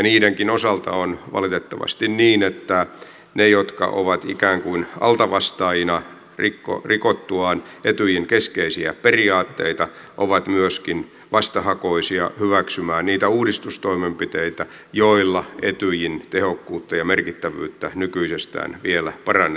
niidenkin osalta on valitettavasti niin että ne jotka ovat ikään kuin altavastaajina rikottuaan etyjin keskeisiä periaatteita ovat myöskin vastahakoisia hyväksymään niitä uudistustoimenpiteitä joilla etyjin tehokkuutta ja merkittävyyttä nykyisestään vielä parannettaisiin